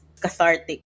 cathartic